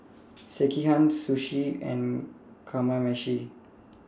Sekihan Sushi and Kamameshi